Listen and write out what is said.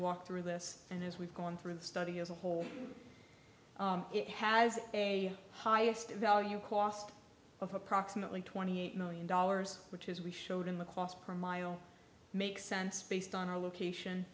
walk through this and as we've gone through the study as a whole it has a highest value cost of approximately twenty eight million dollars which is we showed in the cost per mile makes sense based on our location